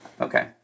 Okay